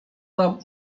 wam